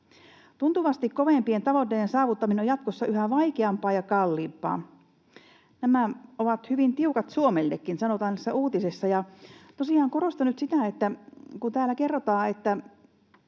Tuntuvasti kovempien tavoitteiden saavuttaminen on jatkossa yhä vaikeampaa ja kalliimpaa. Nämä ovat hyvin tiukat Suomellekin.” Näin sanotaan tässä uutisessa. Tosiaan, korostan nyt sitä, että kun täällä kerrotaan, että